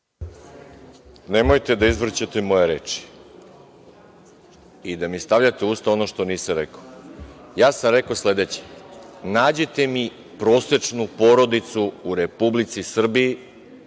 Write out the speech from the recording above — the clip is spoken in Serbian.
Nemojte da izvrćete moje reči i da mi stavljate u usta ono što nisam rekao. Rekao sam sledeće – nađite mi prosečnu porodicu u Republici Srbiji